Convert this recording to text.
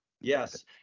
yes